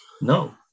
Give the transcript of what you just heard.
No